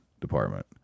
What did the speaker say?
department